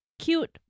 Cute